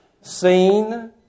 seen